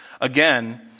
Again